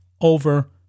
over